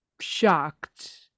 shocked